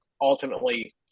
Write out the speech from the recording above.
ultimately